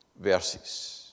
verses